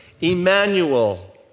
Emmanuel